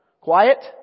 Quiet